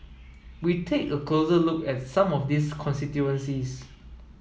we take a closer look at some of these constituencies